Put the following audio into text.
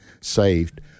saved